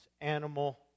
animal